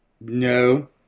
No